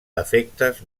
efectes